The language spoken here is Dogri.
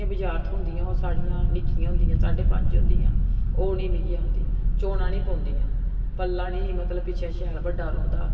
बजार थ्होंदियां ओह् साड़ियां नि'क्कियां होंदियां साढे पंज होंदियां ओह् निं मिगी आंदी चोना निं पौंदियां पल्ला निं मतलब पिच्छें शैल बड्डा रौहंदा